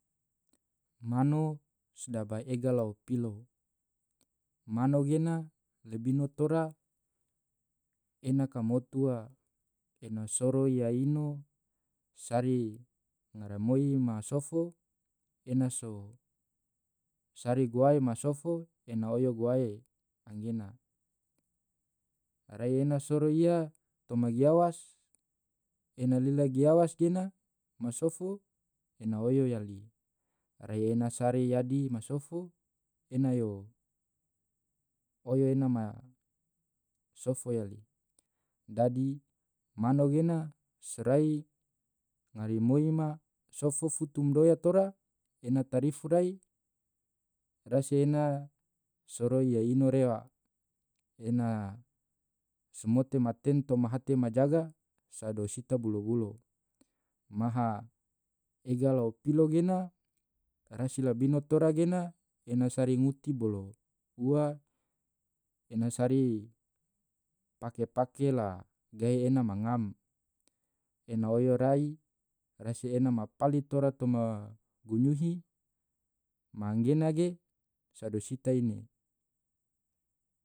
mano sdaba ega lau pilo mano gena lebino tora ena kam otu ua en`a soro iya ino sari ngara moi masofo ena so sari guae masofo ena oyo guae anggena rai ena soro iya toma giawas ena lila giawas gena masofo ena oyo yali rai ena sari yadi masofo ena yo oyo ena ma sofo yali dadi mano gena serai ngari moi ma sofo futum doya tora ena tarifu rai rasi ena soroi ya ino rewa ena semote maten toma hate majaga sado sita bulo bulo maha ega lau pilo gena rasi labino tora gena ena sari nguti bolo ua ena sari pake pake la gahe ena ma ngam ena oyo rai rasi ena mapali tora toma gunyuhi manggena ge sado sita ine.